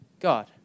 God